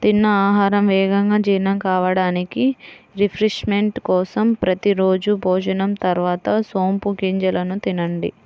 తిన్న ఆహారం వేగంగా జీర్ణం కావడానికి, రిఫ్రెష్మెంట్ కోసం ప్రతి రోజూ భోజనం తర్వాత సోపు గింజలను తినండి